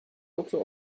dokter